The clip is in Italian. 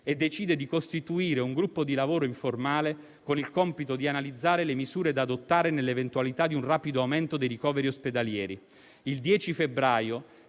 e decide di costituire un gruppo di lavoro informale con il compito di analizzare le misure da adottare nell'eventualità di un rapido aumento dei ricoveri ospedalieri. Il 10 febbraio